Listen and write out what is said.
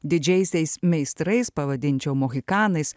didžiaisiais meistrais pavadinčiau mohikanais